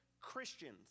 Christians